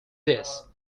this